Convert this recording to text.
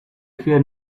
fear